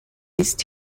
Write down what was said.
ist